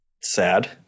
sad